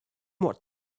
what